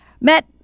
met